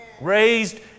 raised